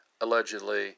allegedly